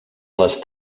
les